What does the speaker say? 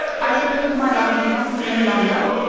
i suppose, my love, you want me no longer.